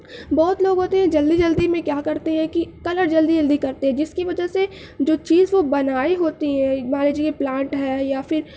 بہت لوگ ہوتے ہیں جلدی جلدی میں کیا کرتے ہیں کہ کلر جلدی جلدی کرتے ہیں جس کی وجہ سے جو چیز وہ بنائے ہوتے ہیں مان لیجیے ہے پلانٹ ہے یا پھر